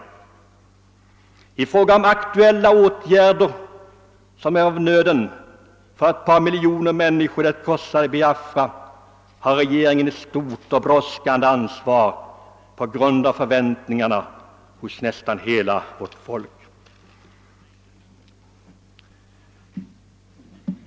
Beträffande de aktuella åtgärder som är av nöden för ett par miljoner människor i det krossade Biafra har regeringen ett stort ansvar på grund av de förväntningar som finns hos nästan hela vårt folk.